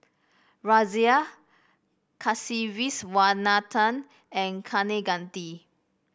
Razia Kasiviswanathan and Kaneganti